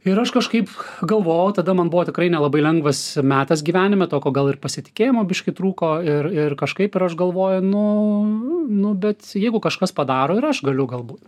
ir aš kažkaip galvojau tada man buvo tikrai nelabai lengvas metas gyvenime tokio gal ir pasitikėjimo biškį trūko ir ir kažkaip ir aš galvoju nu nu bet jeigu kažkas padaro ir aš galiu galbūt